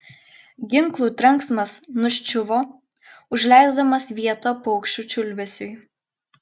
ginklų trenksmas nuščiuvo užleisdamas vietą paukščių čiulbesiui